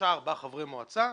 4-3 חברי מועצה,